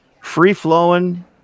free-flowing